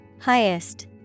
Highest